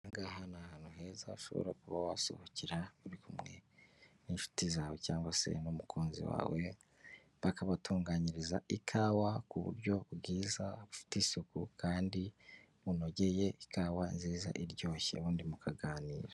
Hanga ahantutu ahantu heza ha ushobora kuba wasohokera uri kumwe n'inshuti zawe cyangwa se n'umukunzi wawe bakabatunganyiriza ikawa ku buryo bwiza bufite isuku kandi bunogeye ikawa nziza iryoshye ubu undi mukaganira.